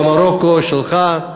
במרוקו שלך,